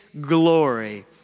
glory